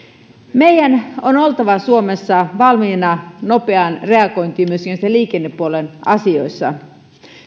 meidän on oltava suomessa valmiina nopeaan reagointiin myöskin näissä liikennepuolen asioissa